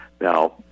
Now